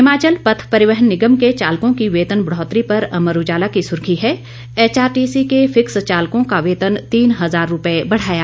हिमाचल पथ परिवहन निगम के चालकों की वेतन बढ़ौतरी पर अमर उजाला की सुर्खी है एचआरटीसी के फिक्स चालकों का वेतन तीन हजार रूपये बढ़ाया